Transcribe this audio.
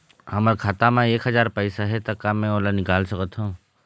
हमर खाता मा एक हजार पैसा हे ता का मैं ओला निकाल सकथव?